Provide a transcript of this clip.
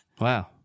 Wow